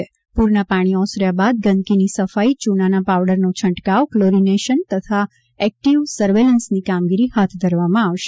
્પ્રરના પાણી ઓસર્યા બાદ ગંદકીની સફાઇ ચુનાના પાવડરનો છંટકાવ કલોરીનેશન તથા એકટીવ સર્વેલન્સની કામગીરી હાથ ધરવામાં આવશે